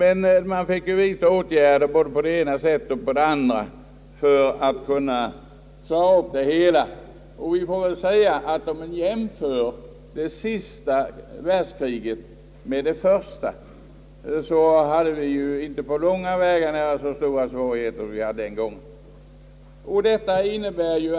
Vi fick ju vidta åtgärder både på det ena sättet och det andra för att kunna klara upp det hela. Om man jämför förhållandena under andra världskriget med förhållandena under det första, finner man att svårigheterna under andra världskriget inte på långt när var så stora som under det första.